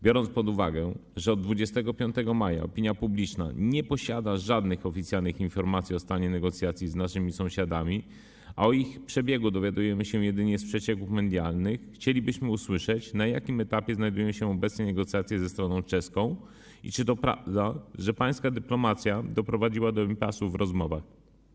Biorąc pod uwagę, że od 25 maja opinia publiczna nie posiada żadnych oficjalnych informacji o stanie negocjacji z naszymi sąsiadami, a o ich przebiegu dowiadujemy się jedynie z przecieków medialnych, chcielibyśmy usłyszeć, na jakim etapie znajdują się obecnie negocjacje ze stroną czeską i czy to prawda, że pańska dyplomacja doprowadziła do impasu w rozmowach.